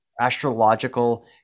astrological